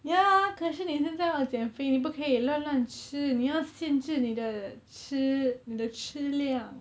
ya 可是你现在要减肥你不可以乱乱吃你要限制你的吃你的吃量